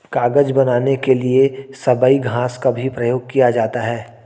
कागज बनाने के लिए सबई घास का भी प्रयोग किया जाता है